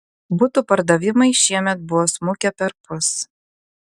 butų pardavimai šiemet buvo smukę perpus